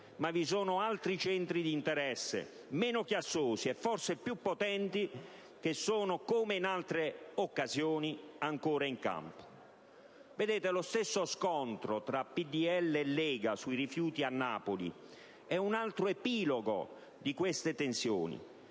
danni, ma altri centri di interesse, meno chiassosi e forse più potenti, sono, come in altre occasioni, ancora in campo. Lo stesso scontro tra PdL e Lega sui rifiuti a Napoli è un altro epilogo di queste tensioni,